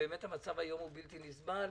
באמת המצב היום בלתי נסבל.